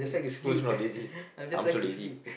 who's not lazy I'm also lazy